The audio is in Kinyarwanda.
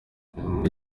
nyuma